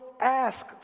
ask